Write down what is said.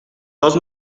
dos